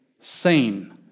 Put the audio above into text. Sane